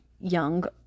young